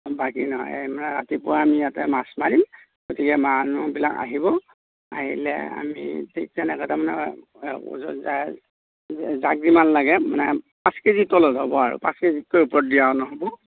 বাকী নহয় এই মানে ৰাতিপুৱা আমি ইয়াতে মাছ মাৰিম গতিকে মানুহবিলাক আহিব আহিলে আমি ঠিক তেনেকৈ তাৰমানে ওজন যাৰ যাক যিমান লাগে মানে পাঁচ কেজিৰ তলত হ'ব আৰু পাঁচ কেজিতকৈ ওপৰত দিয়াও নহ'ব